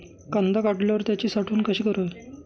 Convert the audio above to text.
कांदा काढल्यावर त्याची साठवण कशी करावी?